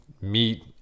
meat